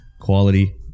Quality